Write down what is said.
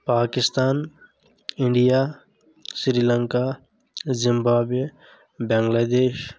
Pakistan India Sri Lanka Zimbabwe بنٛگلہ دیش